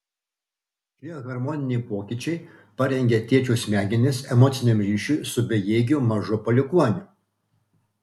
šie hormoniniai pokyčiai parengia tėčio smegenis emociniam ryšiui su bejėgiu mažu palikuoniu